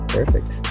Perfect